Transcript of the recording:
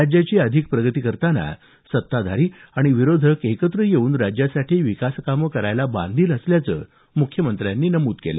राज्याची अधिक प्रगती करतांना सत्ताधारी आणि विरोधक एकत्र येऊन राज्यासाठी विकास कामं करायला बांधील असल्याचं मुख्यमंत्र्यांनी नमूद केलं